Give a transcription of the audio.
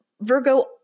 Virgo